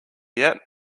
yet